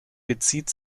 bezieht